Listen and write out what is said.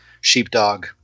sheepdog